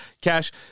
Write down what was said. Cash